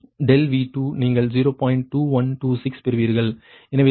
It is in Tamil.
2126 பெறுவீர்கள் எனவே 0